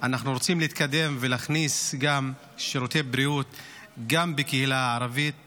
אנחנו רוצים להתקדם ולהכניס שירותי בריאות גם לקהילה הערבית בנגב,